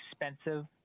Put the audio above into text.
expensive